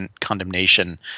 condemnation